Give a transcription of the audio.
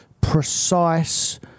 precise